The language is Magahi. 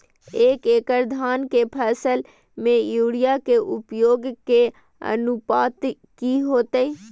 एक एकड़ धान के फसल में यूरिया के उपयोग के अनुपात की होतय?